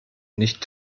nicht